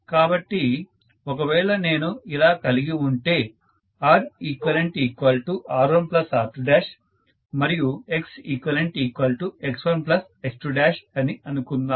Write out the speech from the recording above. కాబట్టి ఒకవేళ నేను ఇలా కలిగి ఉంటే ReqR1R2 మరియు XeqX1X2 అని అనుకుందాము